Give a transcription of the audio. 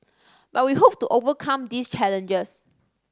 but we hope to overcome these challenges